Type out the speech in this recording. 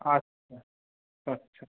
আচ্ছা আচ্ছা